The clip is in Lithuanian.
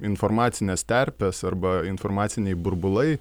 informacinės terpės arba informaciniai burbulai